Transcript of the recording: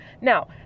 Now